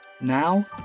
Now